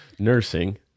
nursing